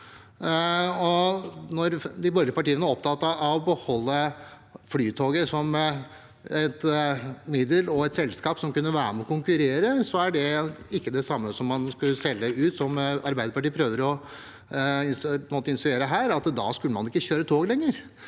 Når de borgerlige partiene er opptatt av å beholde Flytoget som et middel og et selskap som kunne være med og konkurrere, er det ikke det samme som at man skulle selge ut, som Arbeiderpartiet prøver å insinuere her – at da skulle man ikke kjøre tog lenger.